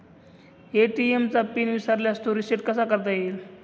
ATM चा pin विसरल्यास तो रिसेट कसा करता येईल?